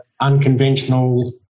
unconventional